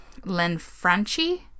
Lenfranchi